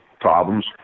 problems